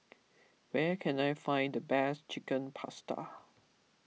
where can I find the best Chicken Pasta